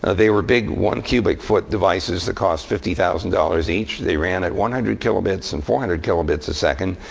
ah they were big one cubic foot devices that cost fifty thousand dollars each. they ran at one hundred kilobits and four hundred kilobits a second.